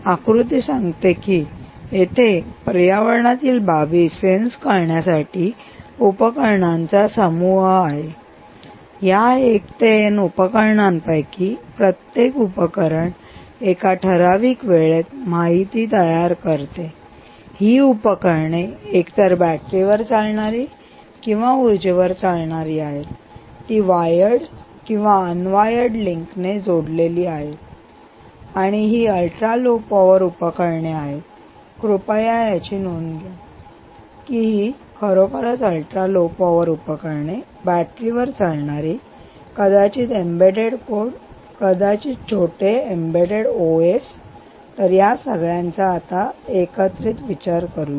आकृती सांगते की इथे पर्यावरणातील बाबी सेन्स करण्यासाठी उपकरणांचा समूह आहे या 1 ते n उपकरणांपैकी प्रत्येक उपकरण एका ठराविक वेळेत माहिती तयार करते ही उपकरणे एक तर बॅटरी वर चालणारी किंवा उर्जेवर चालणारी आहेत आणि आणि ती वायर्ड किंवा अनवायर्ड लिंकने जोडलेले जोडलेली आहेत आणि ही अल्ट्रा लो पॉवर उपकरणे आहेत कृपया याची नोंद घ्या की ही खरोखरच अल्ट्रा लो पॉवर उपकरणे बॅटरी वर चालणारी कदाचित एम्बेड्डेड कोड कदाचित छोटे एम्बेड्डेड ओएस तर या सगळ्याचा आता एकत्रित विचार करूया